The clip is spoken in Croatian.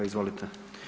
Izvolite.